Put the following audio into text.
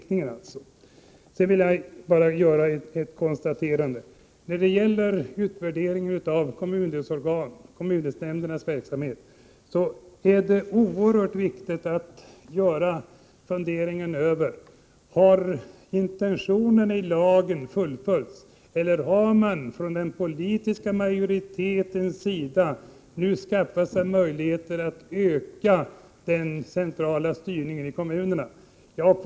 När det gäller utvärdering av kommundelsnämndernas verksamhet är det oerhört viktigt att fundera över om intentionen i lagen har fullföljts. Eller har den politiska majoriteten skaffat sig möjligheter att öka den centrala styrningen i kommunerna?